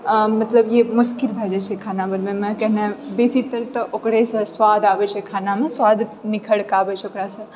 मतलब ई मुश्किल भए जाइत छै खाना बनबैमे बेसी तर तऽ ओकरेसँ स्वाद आबैत छै खानामे स्वाद निखरिके आबैत छै ओकरासँ